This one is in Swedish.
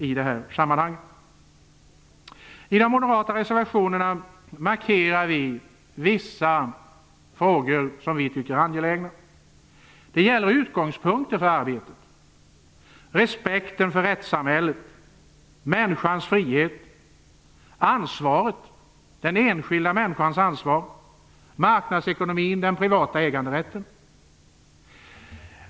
I de moderata reservationerna markerar vi vissa frågor som vi tycker är angelägna. Det gäller utgångspunkten för arbetet, respekten för rättssamhället, människans frihet, den enskilda människans ansvar, marknadsekonomin, den privata äganderätten.